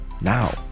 now